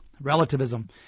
relativism